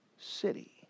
city